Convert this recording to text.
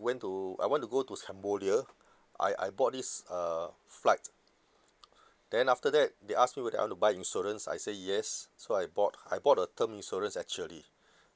went to I want to go to cambodia I I bought this uh flight then after that they ask me whether I want to buy insurance I say yes so I bought I bought the term insurance actually